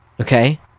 okay